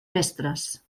mestres